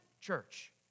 church